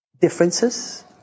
differences